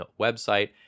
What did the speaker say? website